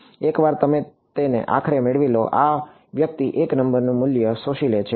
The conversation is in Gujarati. એકવાર તમે તેને આખરે મેળવી લો આ વ્યક્તિ એક નંબરનું મૂલ્ય શોષી લે છે